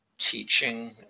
Teaching